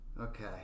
Okay